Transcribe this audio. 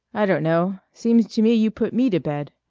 i don't know. seems to me you put me to bed.